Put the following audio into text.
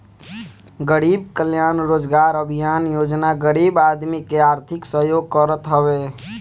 गरीब कल्याण रोजगार अभियान योजना गरीब आदमी के आर्थिक सहयोग करत हवे